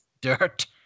dirt